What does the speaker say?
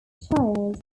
child